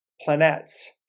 planets